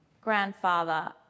grandfather